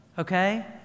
Okay